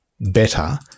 better